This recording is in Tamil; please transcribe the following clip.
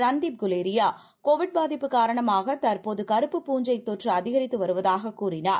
ரன்தீப்குலேரியா கோவிட்பாதிப்புகாரணமாகதற்போதுகறுப்புப்பூஞ்சைத்தொற்றுஅதிகரித்துவ ருவதாகக்கூறினார்